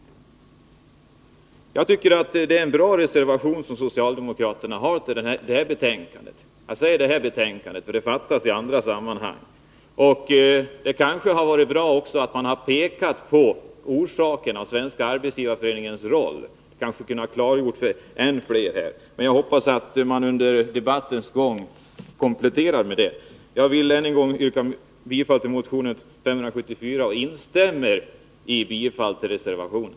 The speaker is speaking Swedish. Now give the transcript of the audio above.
Jag tycker att det är en bra reservation som socialdemokraterna har fogat till det här betänkandet. Jag säger ”det här betänkandet”, för bra reservationer fattas i andra sammanhang. Det hade också varit bra om man hade pekat på orsakerna till svårigheterna på det här området och kanske även pekat på Svenska arbetsgivareföreningens roll. Jag hoppas att man under debattens gång kompletterar sina uttalanden i det avseendet. Herr talman! Jag vill än en gång yrka bifall till motion 574 och instämma i bifallsyrkandet till reservationen.